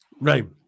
Right